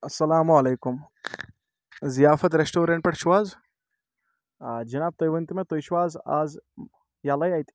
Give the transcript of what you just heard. اَسَلامُ علیکُم ضِیافَت رٮ۪سٹورنٛٹ پٮ۪ٹھ چھُ حظ جِناب تُہۍ ؤنۍ تو مےٚ تُہۍ چھُ اَز ییٚلَے اَتہِ